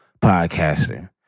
podcaster